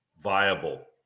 viable